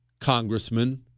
Congressman